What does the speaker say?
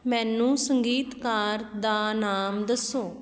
ਮੈਨੂੰ ਸੰਗੀਤਕਾਰ ਦਾ ਨਾਮ ਦੱਸੋ